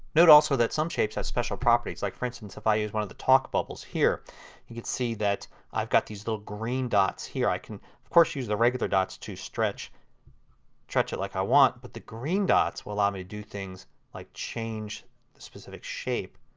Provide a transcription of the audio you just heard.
note also that some shapes have special properties. like, for instance, if i use one of the talk bubbles you can see that i've got these little green dots here. i can, of course, use the regular dots to stretch stretch it like i want. but the green dots will allow me to do things like change the specific shape,